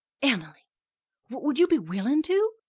em'ly would you be willin' to?